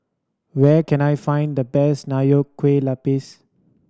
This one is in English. where can I find the best Nonya Kueh Lapis